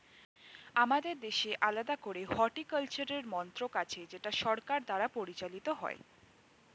আমাদের দেশে আলাদা করে হর্টিকালচারের মন্ত্রক আছে যেটা সরকার দ্বারা পরিচালিত হয়